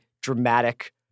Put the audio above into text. dramatic